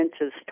inches